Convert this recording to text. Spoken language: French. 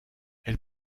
elle